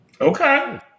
Okay